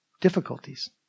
difficulties